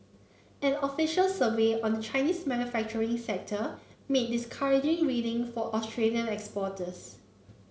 an official survey on the Chinese manufacturing sector made discouraging reading for Australian exporters